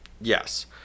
Yes